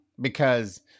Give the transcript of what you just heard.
because-